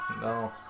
No